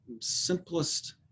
simplest